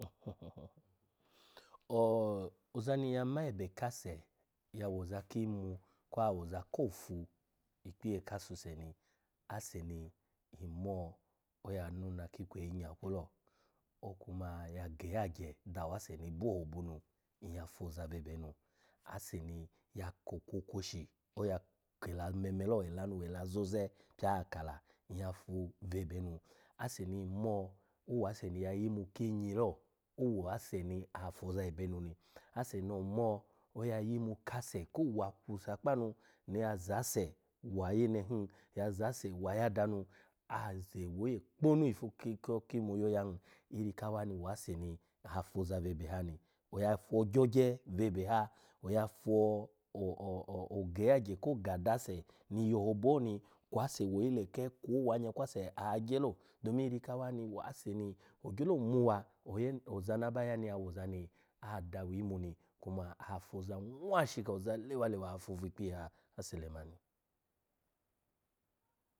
o-ozani nyya ma ebe kase ya woza kimu kwa awoza kofu ikpiye kasuse ni ase ni mmo ya nuna ki ikweyi nyakwu lo okuma ya geyagye dawa ase ni bo ohobunu nyya foza vebenu, ase ni ya ko okwokwoshi oya kela meme lo ela nu wela zoze pya akala nyya fu vebe nu ase ni nmo owase ni ya yimu kinyi lo, owase ni foza ebenu ni ase no omo oya yimu kase kowa kusa kpa nu no oya zase wane hin, ya wayada nu aze woye kponu ifu ki-ko kimu yoya hin iri kawa ni wase ni afoza vebe ha ni, oya fo ogyogye ebe ha, oya fo o-o geyagye ko ga da ase ni yo ohobu ni kwase woyi leke kwo owanykwase agyelo domin iri kawa ni wase ni ogyolo muwa oyene oza ni aba ya ni ya woza ni adawi imu kuma afoza nwashika oza lewa lewa afu vi ikpiye ha ase lema.